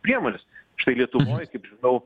priemonės štai lietuvoj kaip žinau